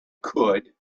could